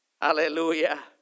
Hallelujah